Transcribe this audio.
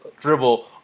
dribble